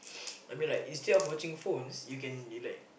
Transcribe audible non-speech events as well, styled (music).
(noise) I mean like instead of watching phones you can be like